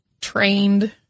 trained